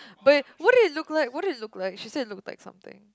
but what did it look like what did it look like she said it looked like something